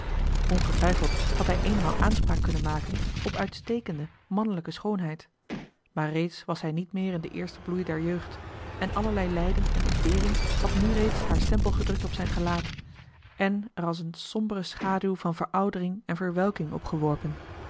ongetwijfeld had hij eenmaal aanspraak kunnen maken op uitstekende mannelijke schoonheid maar reeds was hij niet meer in den eersten bloei der jeugd en allerlei lijden en ontbering had nu reeds haar stempel gedrukt op zijn gelaat en er als eene sombere schaduw van veroudering en verwelking